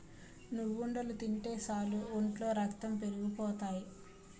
నువ్వుండలు తింటే సాలు ఒంట్లో రక్తం పెరిగిపోతాయి